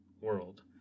world